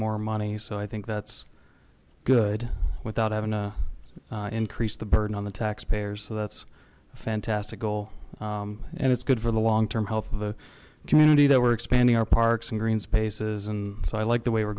more money so i think that's good without having to increase the burden on the taxpayers so that's a fantastic goal and it's good for the long term health of the community that we're expanding our parks and green spaces and so i like the way we're